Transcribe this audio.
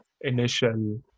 initial